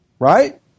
Right